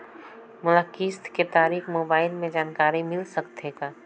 मोला किस्त के तारिक मोबाइल मे जानकारी मिल सकथे का?